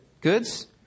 goods